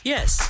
Yes